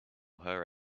her